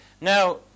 Now